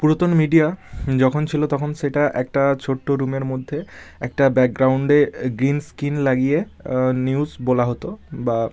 পুরাতন মিডিয়া যখন ছিলো তখন সেটা একটা ছোট্টো রুমের মধ্যে একটা ব্যাকগ্রাউন্ডে গ্রিন স্কিন লাগিয়ে নিউজ বলা হতো বা